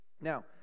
Now